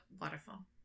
waterfall